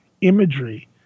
imagery